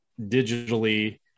digitally